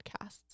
podcasts